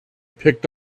picked